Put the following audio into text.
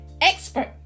expert